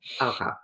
Okay